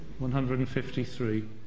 153